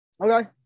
Okay